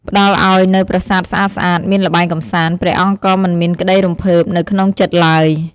ផ្តល់ឲ្យនូវប្រាសាទស្អាតៗ មានល្បែងកម្សាន្ត ព្រះអង្គក៏មិនមានក្ដីរំភើបនៅក្នុងចិត្តឡើយ។